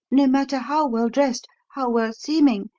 no matter how well dressed, how well seeming,